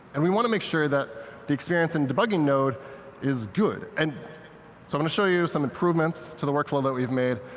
and we want to make sure that the experience in debugging node is good. and so i'm going to show you some improvements to the workflow that we have made,